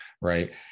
right